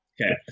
Okay